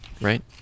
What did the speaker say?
right